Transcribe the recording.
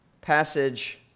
passage